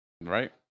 Right